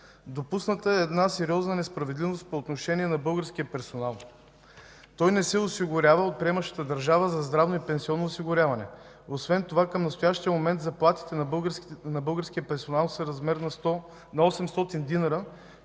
Допусната е сериозна несправедливост по отношение на българския персонал. Той не се осигурява от приемащата държава за здравно и пенсионно осигуряване. Освен това към настоящия момент заплатите на българския персонал са в размер на 800 динара,